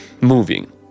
moving